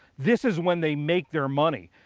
this is when they make their money.